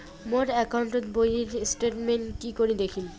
মোর account বইয়ের statement কি করি দেখিম?